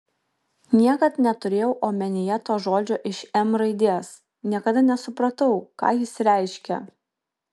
niekad neturėjau omenyje to žodžio iš m raidės niekada nesupratau ką jis reiškia